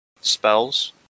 spells